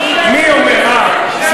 מי אומר לא נכון?